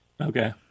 Okay